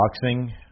boxing –